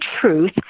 truth